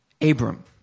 Abram